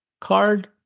card